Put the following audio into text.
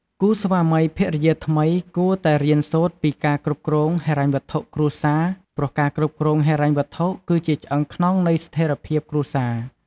គូរស្វាមីភរិយាថ្មីគួតែរៀនសូត្រពីការគ្រប់គ្រងហិរញ្ញវត្ថុគ្រួសារ ព្រោះការគ្រប់គ្រងហិរញ្ញវត្ថុគឺជាឆ្អឹងខ្នងនៃស្ថេរភាពគ្រួសារ។